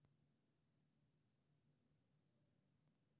भारत मे कुल दू बिंदु दू करोड़ टन पोल्ट्री उत्पादन होइ छै